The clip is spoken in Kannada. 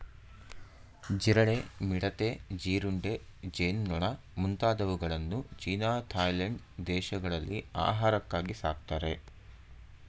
ಜಿರಳೆ, ಮಿಡತೆ, ಜೀರುಂಡೆ, ಜೇನುನೊಣ ಮುಂತಾದವುಗಳನ್ನು ಚೀನಾ ಥಾಯ್ಲೆಂಡ್ ದೇಶಗಳಲ್ಲಿ ಆಹಾರಕ್ಕಾಗಿ ಸಾಕ್ತರೆ